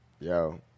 Yo